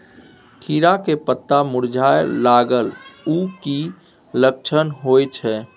खीरा के पत्ता मुरझाय लागल उ कि लक्षण होय छै?